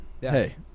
hey